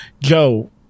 Joe